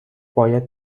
باید